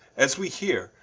as we heare,